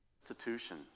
institution